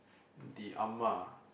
the Ah Ma